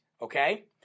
Okay